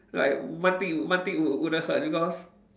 like one thing one thing would wouldn't hurt because